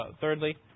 thirdly